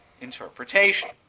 interpretation